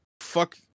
fuck